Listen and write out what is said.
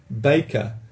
baker